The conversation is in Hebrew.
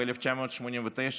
ב-1989,